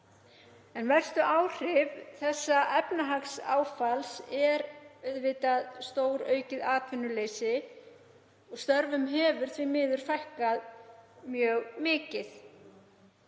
En verstu áhrif þessa efnahagsáfalls eru auðvitað stóraukið atvinnuleysi. Störfum hefur því miður fækkað mjög mikið